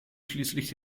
schließlich